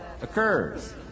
occurs